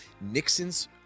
Nixon's